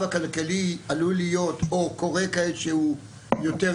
הכלכלי עלול להיות או הוא כזה שעכשיו הוא יורד,